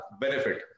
benefit